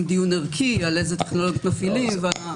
דיון ערכי על אילו טכנולוגיות מפעילים.